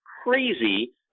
crazy